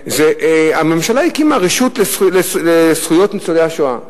הממשלה הקימה רשות לזכויות ניצולי השואה.